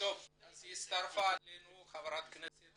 הצטרפה אלינו חברת הכנסת